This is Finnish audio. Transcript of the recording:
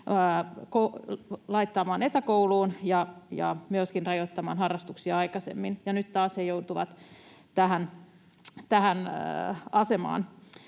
ja nuoret etäkouluun ja myöskin rajoittamaan harrastuksia, ja nyt taas he joutuvat tähän asemaan.